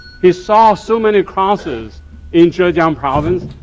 he saw so many crosses in zhejiang province,